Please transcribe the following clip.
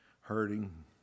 hurting